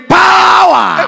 power